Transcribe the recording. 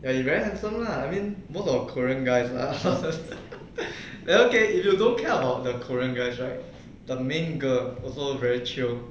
ya he very handsome lah I mean most of the korean guys lah then okay if you don't care about the korean guys right the main girl also very chio